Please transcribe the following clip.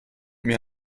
mir